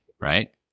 right